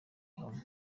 gihome